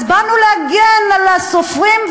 אז באנו להגן על הסופרים,